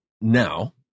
now